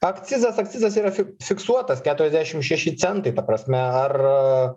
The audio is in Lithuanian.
akcizas akcizas yra fi fiksuotas keturiasdešim šeši centai ta prasme ar